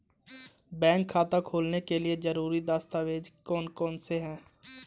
Bank खाता खोलने के लिए ज़रूरी दस्तावेज़ कौन कौनसे हैं?